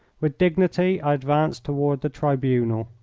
with dignity i advanced toward the tribunal.